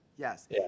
Yes